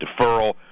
deferral